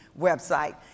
website